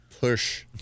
push